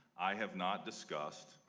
i have not discussed.